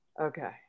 Okay